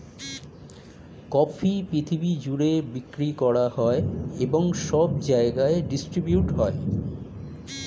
coffee পৃথিবী জুড়ে বিক্রি করা হয় এবং সব জায়গায় ডিস্ট্রিবিউট হয়